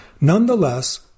Nonetheless